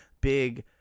big